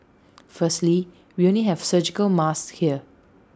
firstly we only have surgical masks here